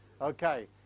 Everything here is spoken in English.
Okay